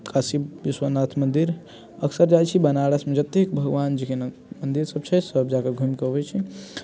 काशी विश्वनाथ मन्दिर अक्सर जाइत छी बनारसमे जतेक भगवानजीकेँ मन्दिर सब छै सब जगह घुमि कऽ अबैत छी